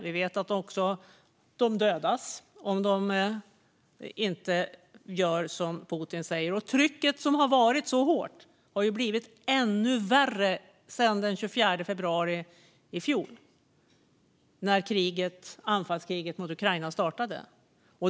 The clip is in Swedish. Vi vet att de också dödas om de inte gör som Putin säger. Trycket som har varit så hårt har också blivit ännu värre sedan den 24 februari i fjol när anfallskriget mot Ukraina startade.